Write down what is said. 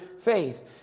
faith